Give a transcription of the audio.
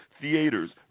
theaters